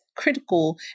critical